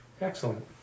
Excellent